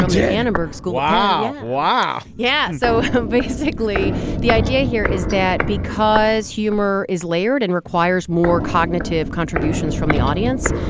um the the annenberg school. wow. yeah. so basically the idea here is that because humor is layered and requires more cognitive contributions from the audience,